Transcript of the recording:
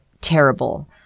terrible